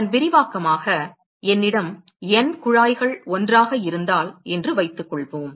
அதன் விரிவாக்கமாக என்னிடம் N குழாய்கள் ஒன்றாக இருந்தால் என்று வைத்துக்கொள்வோம்